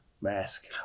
Mask